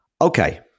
Okay